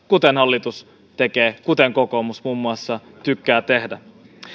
kuten hallitus tekee kuten muun muassa kokoomus tykkää tehdä